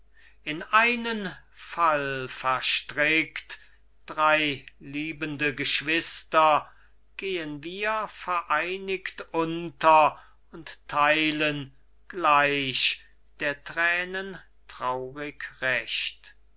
in einen fall verstrickt drei liebende geschwister gehen wir vereinigt unter und theilen gleich der thränen traurig